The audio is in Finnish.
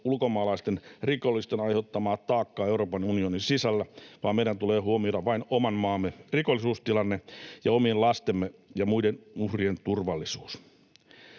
ulkomaalaisten rikollisten aiheuttamaa taakkaa Euroopan unionin sisällä, vaan meidän tulee huomioida vain oman maamme rikollisuustilanne ja omien lastemme ja muiden uhrien turvallisuus.